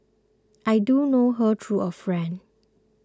I do know her through a friend